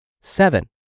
Seven